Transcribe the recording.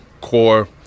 core